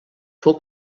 fou